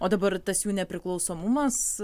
o dabar tas jų nepriklausomumas